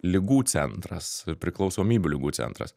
ligų centras priklausomybių ligų centras